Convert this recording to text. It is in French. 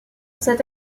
cette